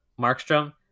Markstrom